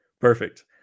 Perfect